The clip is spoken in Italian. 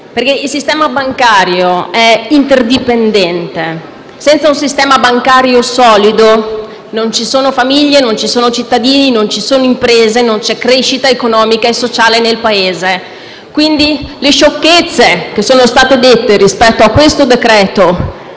perché esso è interdipendente. Senza un sistema bancario solido, non ci sono famiglie, non ci sono cittadini, non ci sono imprese, non c'è crescita economica e sociale nel Paese. Pertanto, le sciocchezze che sono state dette rispetto a questo decreto-legge,